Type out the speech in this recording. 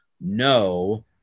no